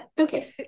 Okay